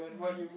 mmhmm